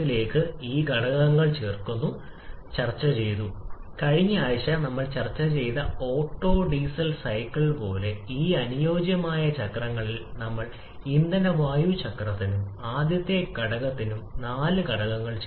point 2 3 ൽ നിന്ന് നീങ്ങുമ്പോൾ ഒരുപക്ഷേ ഇവിടെ എവിടെയെങ്കിലും ഒരു പോയിന്റ് ഡിസോസിയേഷൻ ആരംഭിക്കാൻ തുടങ്ങിയാൽ അത് നിയന്ത്രിക്കും മൊത്തം താപനില ഉയർച്ച അതിനാൽ അന്തിമ താപനില ചില 3 ആയി പരിമിതപ്പെടുത്തും